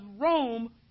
Rome